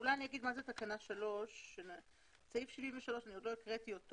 את סעיף 73 עוד לא הקראתי.